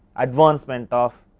advancement of